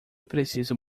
preciso